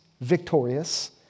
victorious